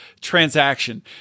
transaction